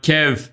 Kev